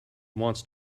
wants